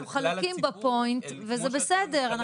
אנחנו חלוקים בפוינט וזה בסדר.